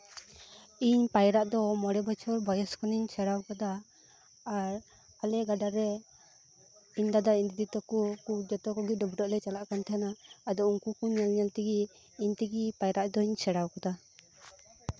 ᱤᱧ ᱯᱟᱭᱨᱟᱜ ᱫᱚ ᱢᱚᱬᱮ ᱵᱚᱪᱷᱚᱨ ᱵᱚᱭᱮᱥ ᱠᱷᱚᱱᱤᱧ ᱥᱮᱬᱟ ᱟᱠᱟᱫᱟ ᱟᱨ ᱟᱞᱮ ᱜᱟᱰᱟ ᱨᱮ ᱤᱧ ᱫᱟᱫᱟ ᱤᱧ ᱫᱤᱫᱤ ᱛᱟᱠᱚ ᱡᱚᱛᱚ ᱠᱚᱜᱮ ᱰᱟᱹᱵᱨᱟᱹᱜ ᱞᱮ ᱪᱟᱞᱟᱜ ᱠᱟᱱ ᱛᱟᱸᱦᱮᱱᱟ ᱟᱫᱚ ᱩᱱᱠᱩ ᱠᱚ ᱧᱮᱞ ᱧᱮᱞ ᱛᱮᱜᱮ ᱤᱧ ᱤᱧ ᱛᱮᱜᱮ ᱯᱟᱭᱨᱟᱜ ᱫᱚᱧ ᱥᱮᱬᱟ ᱟᱠᱟᱫᱟ